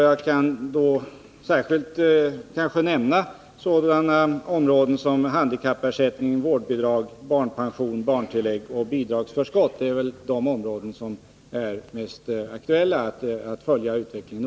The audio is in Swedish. Jag kan då särskilt nämna sådana områden som handikappersättning, vårdbidrag, barnpension, barntillägg och bidragsförskott. Det är väl de områden där det är mest aktuellt att noga följa utvecklingen.